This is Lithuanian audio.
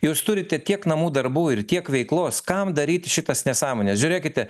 jūs turite tiek namų darbų ir tiek veiklos kam daryti šitas nesąmones žiūrėkite